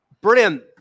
brilliant